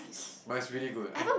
but it's really good I